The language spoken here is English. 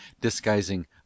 disguising